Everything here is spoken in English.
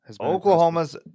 Oklahoma's